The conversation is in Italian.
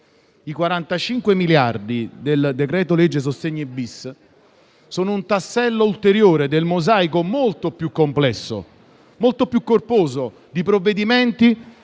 I 45 miliardi del decreto-legge sostegni-*bis* sono un tassello ulteriore del mosaico molto più complesso e corposo di provvedimenti